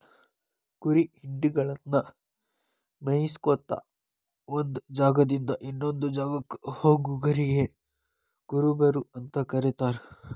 ಕುರಿ ಹಿಂಡಗಳನ್ನ ಮೇಯಿಸ್ಕೊತ ಒಂದ್ ಜಾಗದಿಂದ ಇನ್ನೊಂದ್ ಜಾಗಕ್ಕ ಹೋಗೋರಿಗೆ ಕುರುಬರು ಅಂತ ಕರೇತಾರ